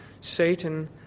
Satan